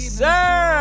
sir